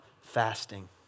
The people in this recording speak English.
fasting